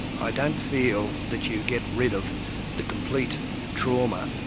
i don't feel that you get rid of the complete trauma,